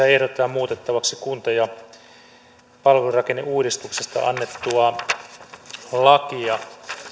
ehdotetaan muutettavaksi kunta ja palvelurakenneuudistuksesta annettua lakia